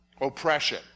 oppression